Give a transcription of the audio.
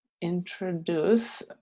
introduce